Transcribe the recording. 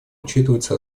учитываются